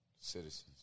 citizens